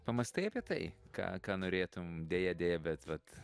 pamąstai apie tai ką ką norėtum deja deja bet vat